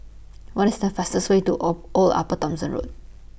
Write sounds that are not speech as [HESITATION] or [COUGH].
What IS The fastest Way to [HESITATION] Old Upper Thomson Road